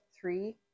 three